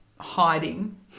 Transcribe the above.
hiding